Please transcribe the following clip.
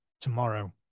tomorrow